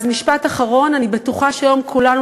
אז משפט אחרון: אני בטוחה שהיום כולנו